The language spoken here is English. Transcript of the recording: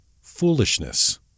foolishness